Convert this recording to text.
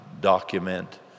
document